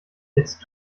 jetzt